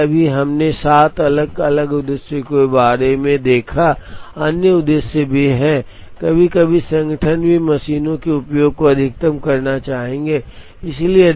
इसलिए अभी हमने 7 अलग अलग उद्देश्यों के बारे में देखा है अन्य उद्देश्य भी हैं कभी कभी संगठन भी मशीनों के उपयोग को अधिकतम करना चाहेंगे